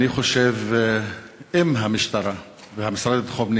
אני חושב שאם המשטרה והמשרד לביטחון הפנים